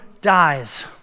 dies